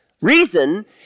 Reason